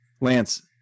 lance